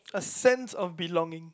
a sense of belonging